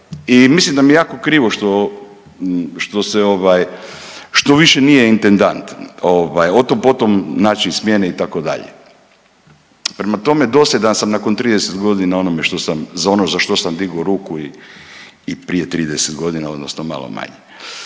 i mislim da mi je jako krivo što, što se ovaj, što više nije intendant, ovaj o tom potom znači smjene itd. Prema tome, dosljedan sam nakon 30 godina onome što sam, za ono što sam digao ruku i prije 30 godina odnosno malo manje.